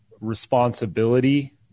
responsibility